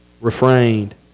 refrained